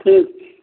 ठीक छै